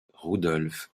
rudolf